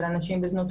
של אנשים בזנות,